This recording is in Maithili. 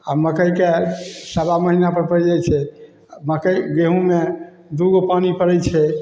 आओर मकइके सवा महिनापर पड़ि जाइ छै मकइ गेहूँमे दूगो पानी पड़ै छै